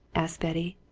asked betty.